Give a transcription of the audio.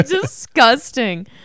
disgusting